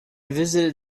visited